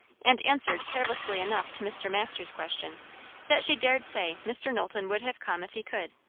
and answered carelessly enough to mr. masters' question that she dared say mr. knowlton would have come if he could.